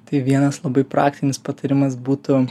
tai vienas labai praktinis patarimas būtų